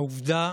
העובדה